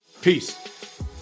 Peace